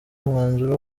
umwanzuro